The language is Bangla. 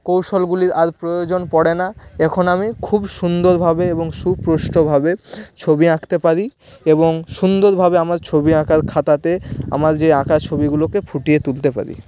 কৌশলগুলির আর প্রয়োজন পড়ে না এখন আমি খুব সুন্দরভাবে এবং সুস্পষ্টভাবে ছবি আঁকতে পারি এবং সুন্দরভাবে আমার ছবি আঁকার খাতাতে আমার যে আঁকা ছবিগুলোকে ফুটিয়ে তুলতে পারি